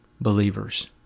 believers